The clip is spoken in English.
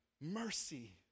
mercy